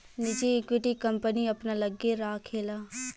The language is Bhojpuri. निजी इक्विटी, कंपनी अपना लग्गे राखेला